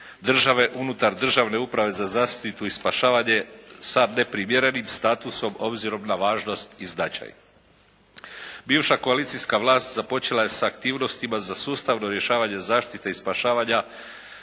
države unutar Državne uprave za zaštitu i spašavanje sa neprimjerenim statusom obzirom na važnost i značaj. Bivša koalicijska vlast započela je sa aktivnostima za sustavno rješavanje zaštite i spašavanja